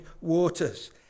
waters